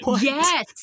yes